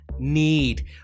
need